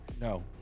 No